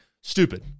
Stupid